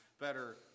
better